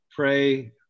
Pray